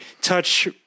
touch